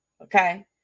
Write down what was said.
okay